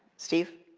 steve?